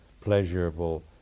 pleasurable